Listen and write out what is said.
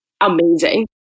amazing